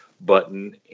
button